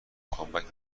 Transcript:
کامبک